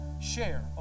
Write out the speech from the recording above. share